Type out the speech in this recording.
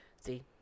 See